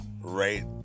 right